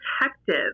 protective